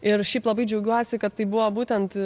ir šiaip labai džiaugiuosi kad tai buvo būtent